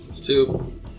Two